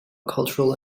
cultural